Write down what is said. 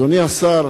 אדוני השר,